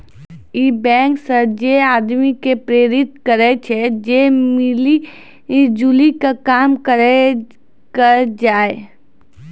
इ बैंक जे छे आदमी के प्रेरित करै छै जे मिली जुली के काम करै के चाहि